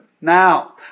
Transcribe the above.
Now